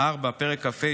פרק כ"ה,